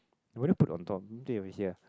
would you put on top here